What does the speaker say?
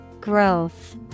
Growth